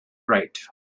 right